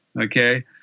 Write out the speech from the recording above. okay